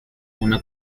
una